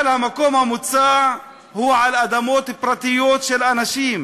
אבל המקום המוצע הוא על אדמות פרטיות של אנשים